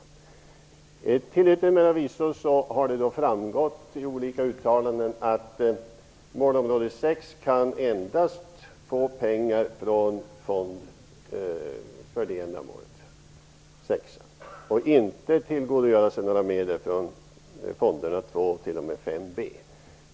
Det har till yttermera visso framgått av olika uttalanden att målområde 6 kan få pengar endast från fond 6 för det ändamålet och inte kan tillgodogöra sig några medel från fonderna 2 - 5b.